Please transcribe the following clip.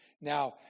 Now